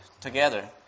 together